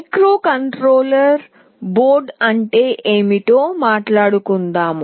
microcontroller board అంటే ఏమిటో మాట్లాడుకుందాం